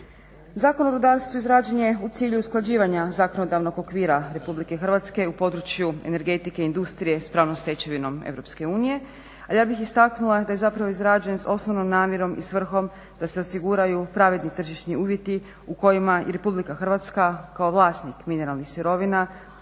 Zakon o rudarstvu izrađen je u cilju usklađivanja zakonodavnog okvira Republike Hrvatske u području energetike i industrije s pravnom stečevinom Europske unije. Ali ja bih istaknula da je zapravo izrađen sa osnovnom namjerom i svrhom da se osiguraju pravedni tržišni uvjeti u kojima i Republika Hrvatska kao vlasnik mineralnih sirovina